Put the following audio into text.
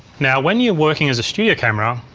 now when you're working as a studio camera,